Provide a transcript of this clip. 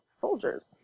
soldiers